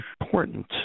important